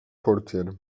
portier